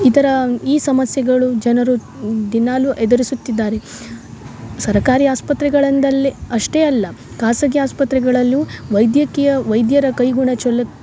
ಇದರ ಈ ಸಮಸ್ಯೆಗಳು ಜನರು ದಿನಾಗಲು ಎದುರಿಸುತ್ತಿದ್ದಾರೆ ಸರಕಾರಿ ಆಸ್ಪತ್ರೆಗಳಿಂದಲ್ಲಿ ಅಷ್ಟೇ ಅಲ್ಲ ಖಾಸಗಿ ಆಸ್ಪತ್ರೆಗಳಲ್ಲೂ ವೈದ್ಯಕೀಯ ವೈದ್ಯರ ಕೈಗುಣ ಚೊಲ್ಲ